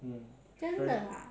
真的啊